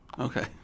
okay